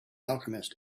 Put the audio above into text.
alchemist